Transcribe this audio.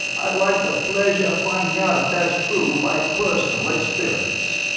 i'd like the pleasure of finding out if that's true by personal experience.